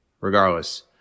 Regardless